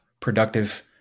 productive